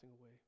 away